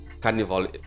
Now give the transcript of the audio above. Carnival